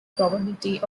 probability